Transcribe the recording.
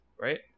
right